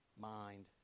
mind